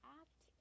act